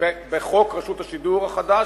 בחוק רשות השידור החדש.